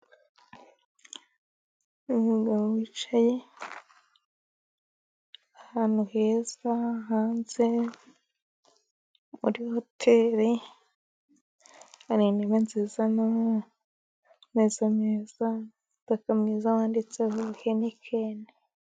Umugabo wicaye ahantu heza hanze, muri hoteri, hari intebe nziza, n'ameza meza, n'umutaka mwiza wanditseho Henikeni.